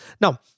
now